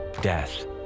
death